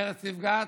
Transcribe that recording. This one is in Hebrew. מרצ נפגעת,